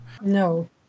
No